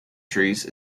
trees